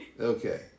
Okay